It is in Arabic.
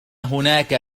هناك